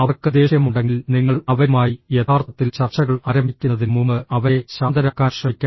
അവർക്ക് ദേഷ്യമുണ്ടെങ്കിൽ നിങ്ങൾ അവരുമായി യഥാർത്ഥത്തിൽ ചർച്ചകൾ ആരംഭിക്കുന്നതിന് മുമ്പ് അവരെ ശാന്തരാക്കാൻ ശ്രമിക്കണം